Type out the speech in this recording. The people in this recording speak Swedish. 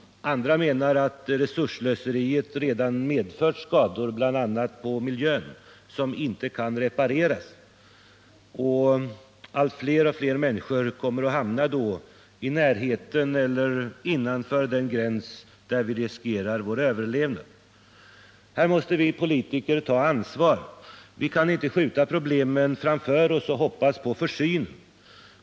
Andra menar att resursslöseriet redan medfört skador, bl.a. på miljön, som inte kan repareras och att fler och fler människor kommer att hamna i närheten av eller innanför den gräns där vi riskerar vår överlevnad. Här måste vi som politiker ta ansvar. Vi kan inte skjuta problemen framför oss och hoppas på försynen.